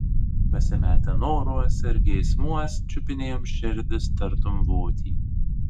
pasimetę noruos ir geismuos čiupinėjom širdis tartum votį